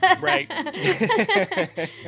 Right